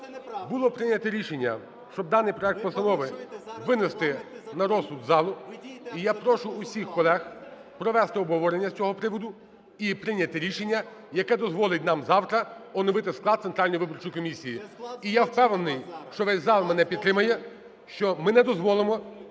було прийнято рішення, щоб даний проект постанови винести на розсуд залу. І я прошу усіх колег провести обговорення з цього приводу, і прийняти рішення, яке дозволить нам завтра оновити склад Центральної виборчої комісії. І я впевнений, що весь зал мене підтримає, що ми не дозволимо,